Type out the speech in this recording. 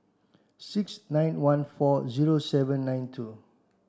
six nine one four zero seven nine two